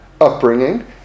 upbringing